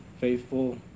faithful